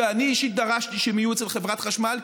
שאני אישית דרשתי שהן יהיו אצל חברת חשמל,